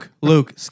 Luke